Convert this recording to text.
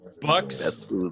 Bucks